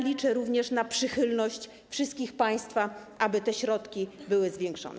Liczę również na przychylność wszystkich państwa, aby te środki były zwiększone.